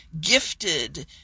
gifted